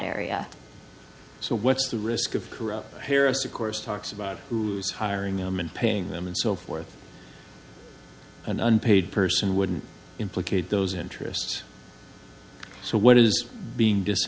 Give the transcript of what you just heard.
area so what's the risk of corruption here as to course talks about who's hiring them and paying them and so forth an unpaid person would implicate those interests so what is being